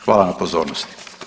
Hvala na pozornosti.